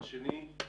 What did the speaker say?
הנושא השני.